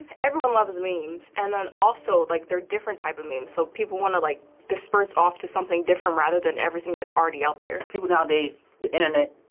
everyone loves memes. and then also, like there are different types of memes, so people wanna like disperse off to something different rather than everything that's already out there. people nowadays, the internet,